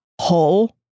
hole